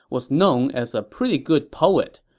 was known as a pretty good poet,